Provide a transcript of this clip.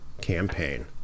campaign